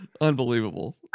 unbelievable